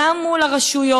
גם מול הרשויות.